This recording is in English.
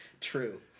true